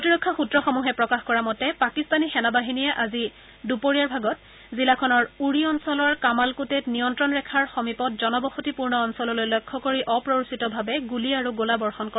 প্ৰতিৰক্ষা সুত্ৰসমূহে প্ৰকাশ কৰা মতে পাকিস্তানী সেনাবাহিনীয়ে আজি দুপৰীয়াৰ ভাগত জিলাখনৰ উৰি অঞ্চলৰ কামালকোটেত নিয়ন্ত্ৰণ ৰেখাৰ সমীপত জনবসতিপূৰ্ণ অঞ্চললৈ লক্ষ্য কৰি অপ্ৰৰোচিতভাৱে গুলী আৰু গোলাবৰ্যণ কৰে